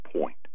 point